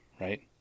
right